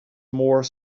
more